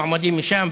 המועמדים משם,